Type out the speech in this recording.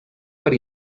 per